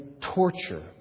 torture